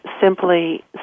simply